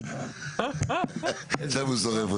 שמאי מכריע.